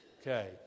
Okay